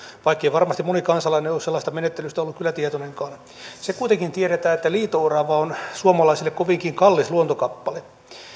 vaikkei varmasti moni kansalainen ole sellaisesta menettelystä ollut kyllä tietoinenkaan se kuitenkin tiedetään että liito orava on suomalaisille kovinkin kallis luontokappale